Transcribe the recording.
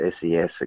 SES